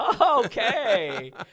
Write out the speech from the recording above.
Okay